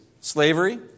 slavery